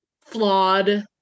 flawed